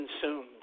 consumed